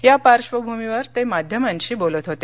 या पार्श्वभूमीवर ते माध्यमांशी बोलत होते